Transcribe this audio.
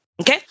Okay